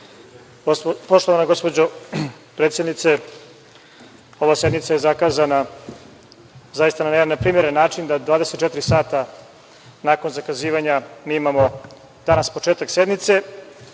97.Poštovana gospođo predsednice, ova sednica je zakazana zaista na jedan neprimeren način da 24 sata nakon zakazivanja mi imamo danas početak sednice,